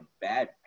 bad